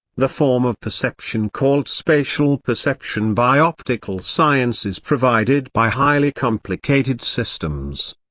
the form of perception called spatial perception by optical science is provided by highly complicated systems.